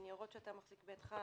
הניירות שאתה מחזיק בידך,